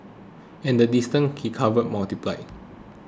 and the distances he covered multiplied